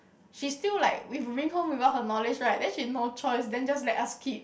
she still like we bring home without her knowledge right then she no choice then just let us keep